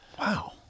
Wow